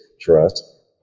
trust